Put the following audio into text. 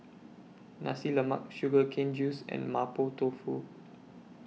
Nasi Lemak Sugar Cane Juice and Mapo Tofu